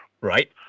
Right